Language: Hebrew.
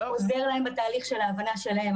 עוזר להם בתהליך של ההבנה שלהם.